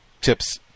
Tips